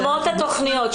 שמות התכניות ?